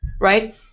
right